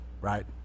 right